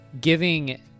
giving